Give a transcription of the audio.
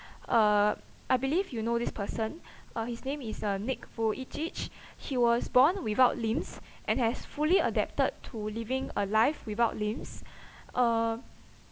uh I believe you know this person uh his name is uh nick vujicic he was born without limbs and has fully adapted to living a life without limbs uh